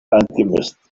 alchemists